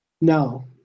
No